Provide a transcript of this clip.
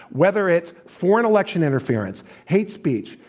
whether it's foreign election interference, hate speech,